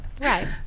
Right